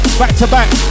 back-to-back